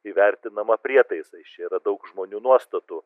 įvertinama prietaisais čia yra daug žmonių nuostatų